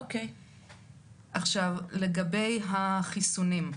לגבי החיסונים,